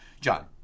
John